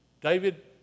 David